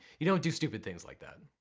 you don't do stupid things like that.